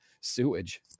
sewage